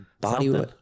body